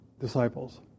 disciples